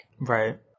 Right